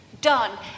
done